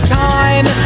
time